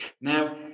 Now